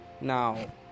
Now